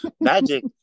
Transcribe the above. Magic